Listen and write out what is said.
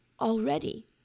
already